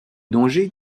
dangers